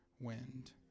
wind